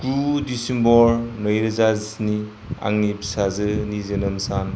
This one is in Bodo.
गु डिसेम्बर नैरोजा जिस्नि आंनि फिसाजोनि जोनोम सान